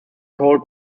called